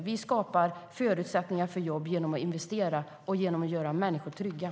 Vi skapar förutsättningar för jobb genom att investera och genom att göra människor trygga.